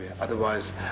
otherwise